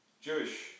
Jewish